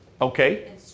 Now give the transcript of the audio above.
okay